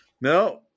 No